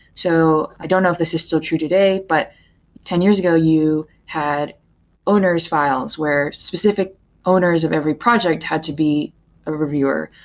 so i don't know if this is still true today, but ten years ago, you had owners files where specific owners of every project had to be a reviewer.